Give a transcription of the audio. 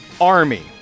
Army